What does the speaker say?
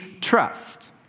trust